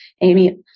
Amy